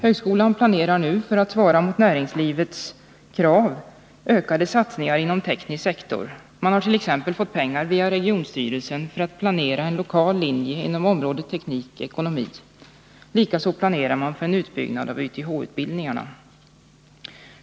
Högskolan planerar nu, för att svara mot näringslivets krav, ökade satsningar inom teknisk sektor. Man har t.ex. fått pengar via regionstyrelsen för att planera en lokal linje inom området teknik och ekonomi. Likaså planerar man för en utbyggnad av YTH-utbildningen.